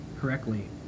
correctly